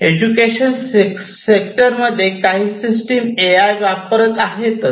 education sector मध्ये काही system A I वापरत आहेतच